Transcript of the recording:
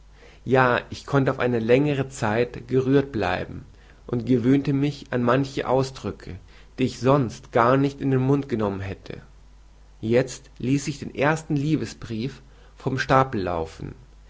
ja ich konnte auf eine längere zeit gerührt bleiben und gewöhnte mich an manche ausdrücke die ich sonst gar nicht in den mund genommen hätte jetzt ließ ich den ersten liebesbrief vom stapel laufen